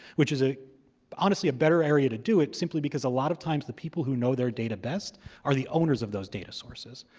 which is honestly a better area to do it, simply because a lot of times, the people who know their data best are the owners of those data sources.